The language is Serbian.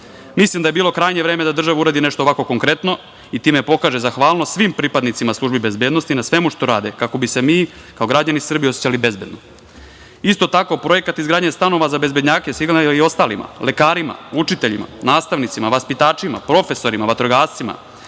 da je bilo krajnje vreme da država uradi nešto ovako konkretno i time pokaže zahvalnosti svim pripadnicima službi bezbednosti na svemu što rade kako bi se mi, kao građani Srbije, osećali bezbedno. Isto tako, projekat izgradnje stanova za bezbednjake signal je i ostalima, lekarima, učiteljima, nastavnicima, vaspitačima, profesorima, vatrogascima,